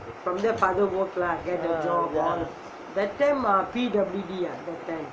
ah ya